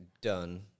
done